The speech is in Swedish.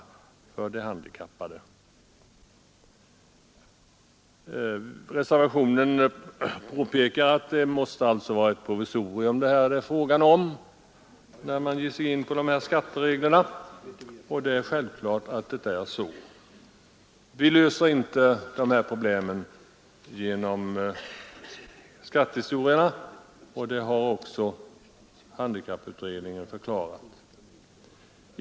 Reservanterna påpekar att det måste bli fråga om ett provisorium, när man ger sig in på dessa skatteregler, och det är självklart. Vi löser inte dessa problem genom att ändra skattereglerna, och det har även handikapputredningen förklarat.